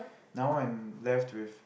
now I'm left with